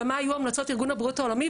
ומה היו המלצות ארגון הבריאות העולמי,